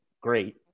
Great